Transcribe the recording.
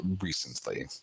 recently